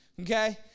okay